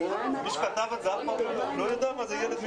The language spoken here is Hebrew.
אין מתנגדים